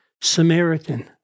Samaritan